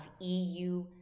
EU